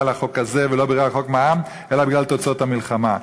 החוק הזה ולא בגלל חוק מע"מ אלא בגלל תוצאות המלחמה.